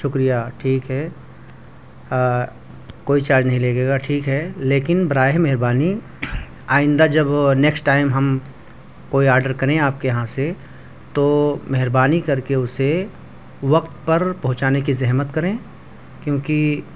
شکریہ ٹھیک ہے کوئی چارج نہیں لگے گا ٹھیک ہے لیکن براہ مہربانی آئندہ جب نیکسٹ ٹائم ہم کوئی آرڈر کریں آپ کے یہاں سے تو مہربانی کر کے اسے وقت پر پہنچانے کی زحمت کریں کیوں کہ